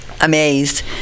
amazed